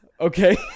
okay